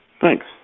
Thanks